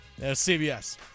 CBS